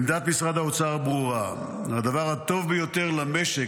עמדת משרד האוצר ברורה: הדבר הטוב ביותר למשק